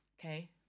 okay